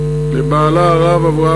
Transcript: בטח בה לב בעלה ושלל לא